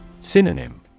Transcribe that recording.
Synonym